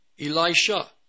Elisha